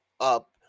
up